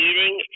eating